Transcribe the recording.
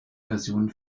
version